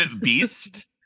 Beast